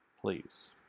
please